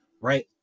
right